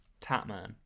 Tatman